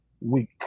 week